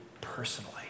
personally